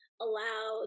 allow